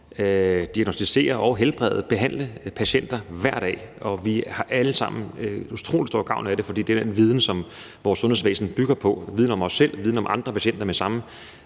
diagnosticere, behandle og helbrede patienter hver dag. Og vi har alle sammen utrolig stor gavn af det, for det er den viden, som vores sundhedsvæsen bygger på, viden om os selv, viden om andre patienter med samme